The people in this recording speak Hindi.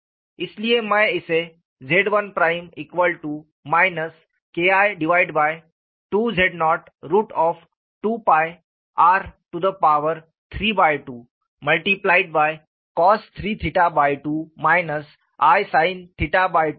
इसलिए मैं इसे Z1 KI2z0 2 r32cos32 i sin2 लिख सकता हूं